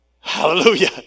Hallelujah